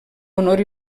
honor